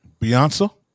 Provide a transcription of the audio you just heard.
Beyonce